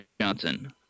Johnson